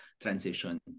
transition